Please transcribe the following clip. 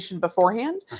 beforehand